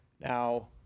Now